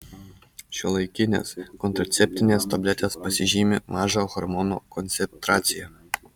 šiuolaikinės kontraceptinės tabletės pasižymi maža hormonų koncentracija